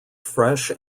fresh